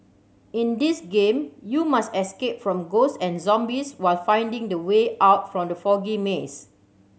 in this game you must escape from ghost and zombies while finding the way out from the foggy maze